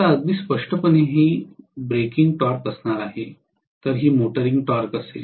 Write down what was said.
आता अगदी स्पष्टपणे ही ब्रेकिंग टॉर्क असणार आहे तर ही मोटारिंग टॉर्क असेल